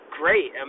great